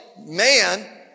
man